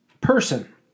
person